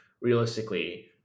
realistically